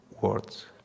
words